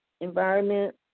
environment